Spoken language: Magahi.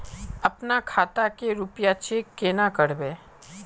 अपना खाता के रुपया चेक केना करबे?